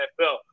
nfl